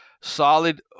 solid